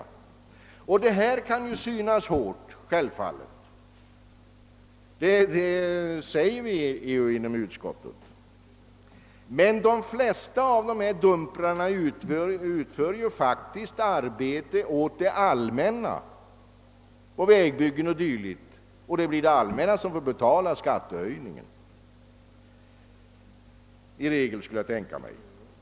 Detta kan självfallet synas hårt; det framhåller också utskottet. Med de flesta dumprarna utförs dock arbete åt det allmänna vid vägbyggen o. dyl. och det blir väl i regel det allmänna som drabbas av skatten.